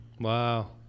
Wow